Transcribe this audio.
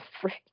frick